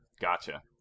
Gotcha